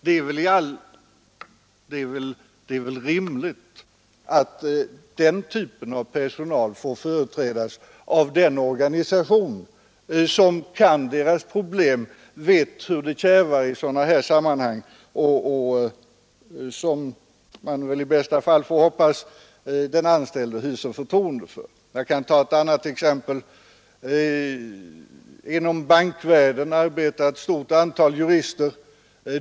Det är väl rimligt att den typen av personal får företrädas av den organisation som kan deras problem, som vet hur det kärvar i sådana här sammanhang och som man får hoppas att den anställde hyser förtroende för. Jag kan ta ett annat exempel. Inom bankvärlden arbetar ett stort antal jurister.